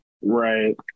right